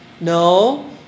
No